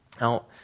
now